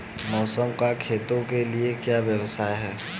मौसम का खेतों के लिये क्या व्यवहार है?